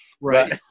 Right